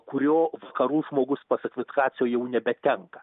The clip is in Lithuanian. kurio vakarų žmogus pasak vitkacio jau nebetenka